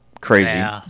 crazy